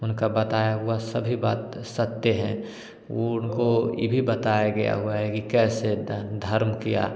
उनका बताया हुआ सभी बात सत्य है वो उनको ई भी बताया गया हुआ है कि कैसे ध धर्म किया